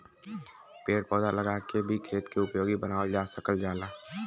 पेड़ पौधा लगा के भी खेत के उपयोगी बनावल जा सकल जाला